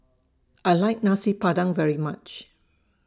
I like Nasi Padang very much